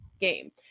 game